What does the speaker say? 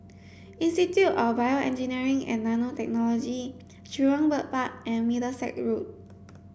Institute of BioEngineering and Nanotechnology Jurong Bird Park and Middlesex Road